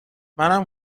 منم